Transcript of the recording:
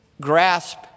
grasp